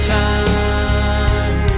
time